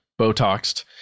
Botoxed